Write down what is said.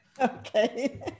okay